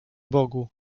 bogu